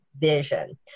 vision